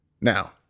Now